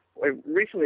Recently